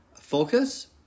focus